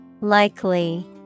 Likely